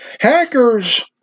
hackers